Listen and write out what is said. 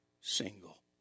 single